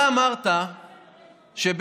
אתה אמרת שבעצם